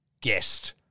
guest